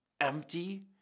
empty